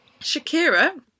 Shakira